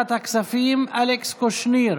ועדת הכספים, אלכס קושניר.